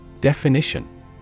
Definition